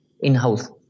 in-house